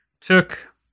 took